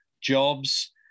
jobs